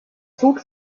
zog